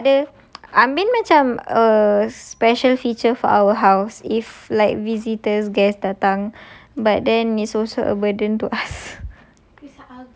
ambin tak ada ambin macam err special feature for our house if like visitors guest datang but then it's also a burden to us